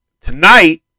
tonight